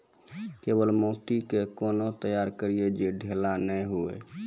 केवाल माटी के कैना तैयारी करिए जे ढेला नैय हुए?